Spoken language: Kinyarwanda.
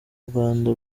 rwanda